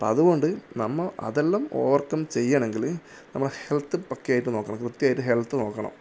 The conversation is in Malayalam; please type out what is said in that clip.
അപ്പം അതുകൊണ്ട് നമ്മൾ അതെല്ലാം ഓവർ കം ചെയ്യണമെങ്കിൽ നമ്മൾ ഹെൽത്ത് പക്കയായിട്ട് നോക്കണം വൃത്തിയായിട്ട് ഹെൽത്ത് നോക്കണം